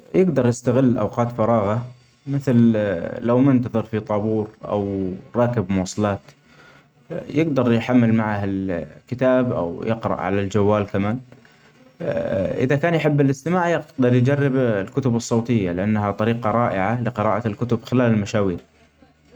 يقدر يستغل أوقات فراغه مثل ال- لو منتظر في طابور أو راكب مواصلات يجدر يحمل مع ال-الكتاب أو يقرأ علي الجوال كمان ، إذا كان يحب الأستماع يجدر يجرب ال-الكتب الصوتية لأنها طريقة رائعة لقراءة الكتب خلال المشاوير.